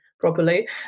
properly